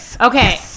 Okay